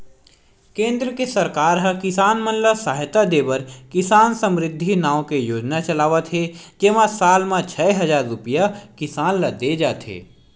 केंद्र के सरकार ह किसान मन ल सहायता देबर किसान समरिद्धि नाव के योजना चलावत हे जेमा साल म छै हजार रूपिया किसान ल दे जाथे